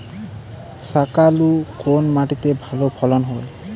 শাকালু কোন মাটিতে ভালো ফলন হয়?